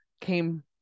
came